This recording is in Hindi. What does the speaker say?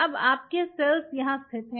अब आपके सेल्स यहाँ स्थित हैं